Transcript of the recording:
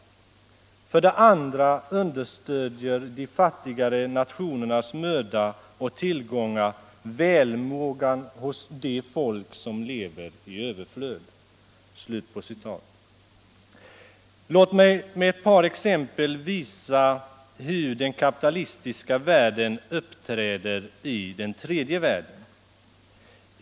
För det andra understödjer de fattigare nationernas möda och tillgångar välmågan hos de folk som lever i överflöd.” Låt mig med ett par exempel visa hur den kapitalistiska världen uppträder i den tredje världen.